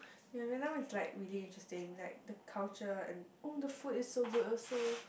ya there now is like really interesting like the culture and oh the food is so good also